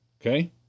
Okay